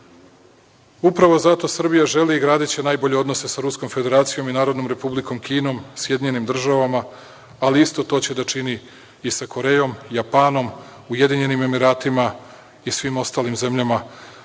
Upravo zato Srbija želi i gradiće najbolje odnose sa Ruskom Federacijom i Narodnom Republikom Kinom, SAD, ali isto to će da čini i sa Korejom, Japanom, UAE i svim ostalim zemljama